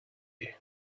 you